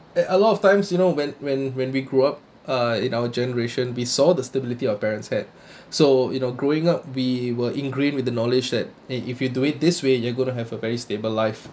and a lot of times you know when when when we grew up uh in our generation we saw the stability of parents had so in our growing up we were ingrained with the knowledge that if you do it this way you are going to have a very stable life